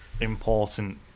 important